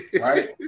Right